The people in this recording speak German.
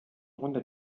runde